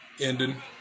Ending